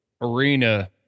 arena